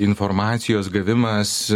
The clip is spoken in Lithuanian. informacijos gavimas